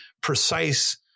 precise